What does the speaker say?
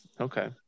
Okay